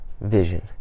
vision